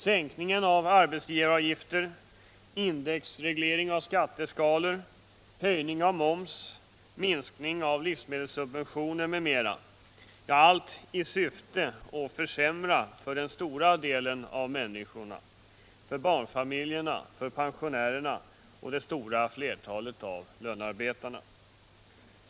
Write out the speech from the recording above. Sänkning av arbetsgivaravgifter, indexreglering av skatteskalorna, höjning av momsen, minskning av livsmedelssubventionerna m.m. — allt i syfte att försämra för den stora delen av människorna, för barnfamiljerna, pensionärerna och det stora flertalet av lönarbetarna.